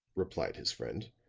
replied his friend,